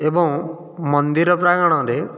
ଏବଂ ମନ୍ଦିର ପ୍ରାଙ୍ଗଣରେ